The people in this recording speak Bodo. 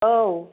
औ